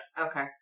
Okay